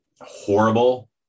horrible